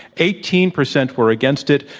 eighteen percent were against it,